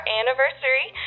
anniversary